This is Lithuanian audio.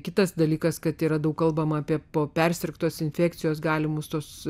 kitas dalykas kad yra daug kalbama apie po persirgtos infekcijos galimus tos